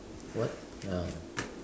what ya